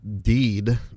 deed